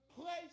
Place